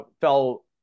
fell